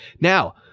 Now